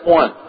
one